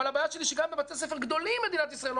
אבל הבעיה שלי היא שגם בבתי ספר גדולים מדינת ישראל לא